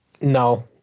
No